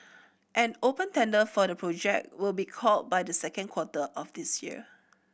an open tender for the project will be called by the second quarter of this year